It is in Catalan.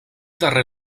darrer